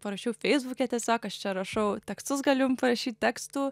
parašiau feisbuke tiesiog aš čia rašau tekstus galiu jum parašyt tekstų